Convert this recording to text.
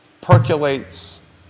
percolates